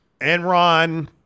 Enron